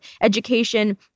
education